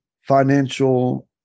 financial